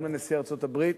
גם לנשיא ארצות-הברית.